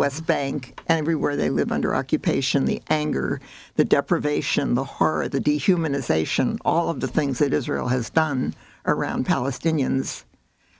west bank and we where they live under occupation the anger that deprivation the horror the dehumanization all of the things that israel has done around palestinians